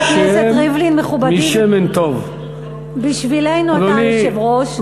חבר הכנסת ריבלין, מכובדי, בשבילנו אתה היושב-ראש.